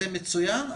זה מצוין,